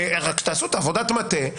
רק תעשו את עבודת המטה,